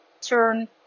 turn